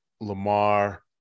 Lamar